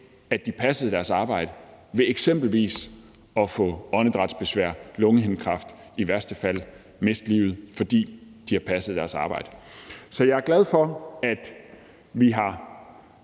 at de passede deres arbejde, ved eksempelvis at få åndedrætsbesvær, lungehindekræft og i værste fald miste livet, fordi de har passet deres arbejde. Så jeg er glad for, at vi har